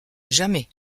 jamais